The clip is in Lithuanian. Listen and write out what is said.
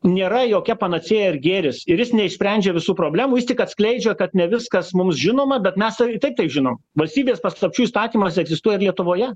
nėra jokia panacėja ir gėris ir jis neišsprendžia visų problemų jis tik atskleidžia kad ne viskas mums žinoma bet mes ir taip tai žinom valstybės paslapčių įstatymas egzistuoja ir lietuvoje